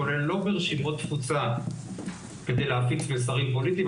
כולל לא ברשימות תפוצה כדי להפיץ מסרים פוליטיים,